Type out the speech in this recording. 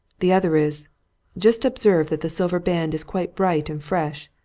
the other is just observe that the silver band is quite bright and fresh,